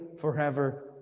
forever